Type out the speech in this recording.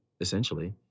Essentially